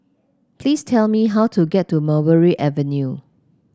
please tell me how to get to Mulberry Avenue